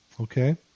okay